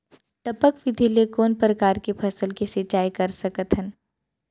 टपक विधि ले कोन परकार के फसल के सिंचाई कर सकत हन?